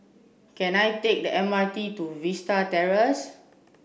can I take the M R T to Vista Terrace